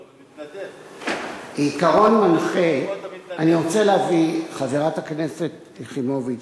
לשאלה השנייה, חברת הכנסת יחימוביץ,